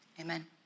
Amen